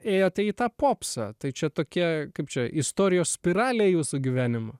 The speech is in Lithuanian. ėjo tai į tą popsą tai čia tokia kaip čia istorijos spiralė jūsų gyvenimo